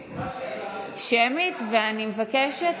בבקשה.